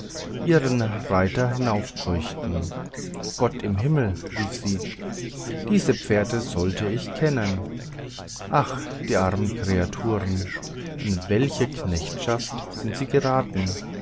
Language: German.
ihrer reiter hinaufkeuchten gott im himmel rief sie diese pferde sollte ich kennen ach die armen kreaturen in welche knechtschaft sind sie geraten